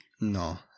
No